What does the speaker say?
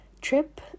trip